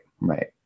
right